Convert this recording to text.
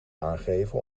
aangeven